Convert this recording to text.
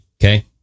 okay